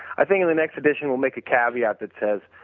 i think in the next edition, we'll make a caveat that says,